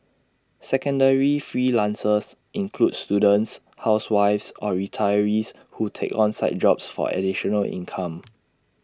secondary freelancers include students housewives or retirees who take on side jobs for additional income